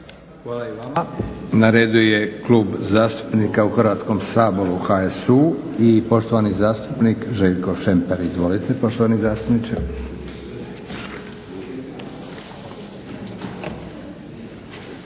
Hvala i vama.